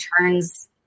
turns